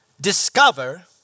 discover